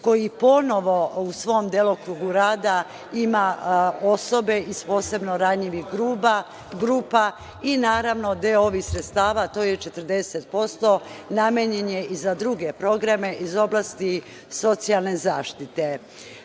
koji ponovo u svom delokrugu rada ima osobe iz posebno ranjivih grupa i naravno deo ovih sredstava, to je 40%, namenjen je i za druge programe iz oblasti socijalne zaštite.